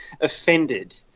offended